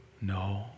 No